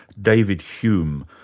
david hume,